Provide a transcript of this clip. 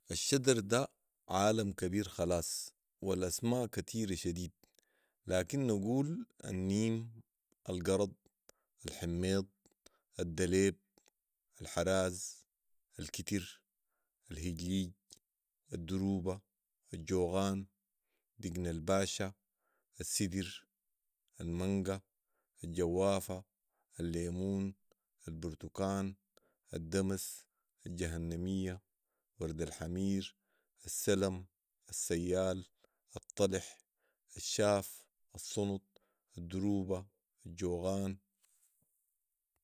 الشدر ده عالم كبير خلاص والاسماء كتيره شديد لكن نقول النيم ،القرض ،الحميض ،الدليب ،الحراز ، الكتر، الهجليج ،الدروبا، الجوغان، ِدقن الباشا ،السدر ،المنقه ،الجوافه ،الليمون ،البرتكان ،الدمس ،الجهنميه، ورد الحمير، السلم ،السيال ،الطلح ،الشاف السنط ،الدروبا والجوغان